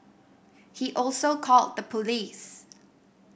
he also called the police